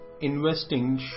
investing